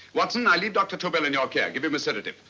watson, i leave dr. tobel in your care. give him a sedative.